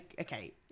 okay